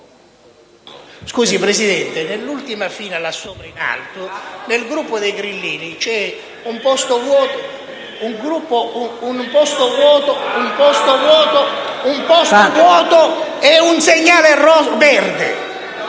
Signora Presidente, nell'ultima fila in alto, nel Gruppo dei grillini, c'è un posto vuoto e un segnale verde.